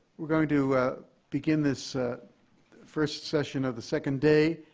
we're going to begin this first session of the second day